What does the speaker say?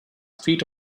feet